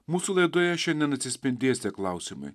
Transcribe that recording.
mūsų laidoje šiandien atsispindės tie klausimai